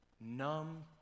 numb